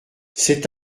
cet